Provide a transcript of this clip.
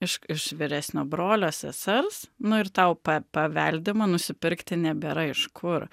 iš iš vyresnio brolio sesers nu ir tau paveldima nusipirkti nebėra iš kur